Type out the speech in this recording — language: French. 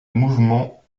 mouvement